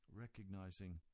Recognizing